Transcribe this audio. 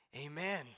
Amen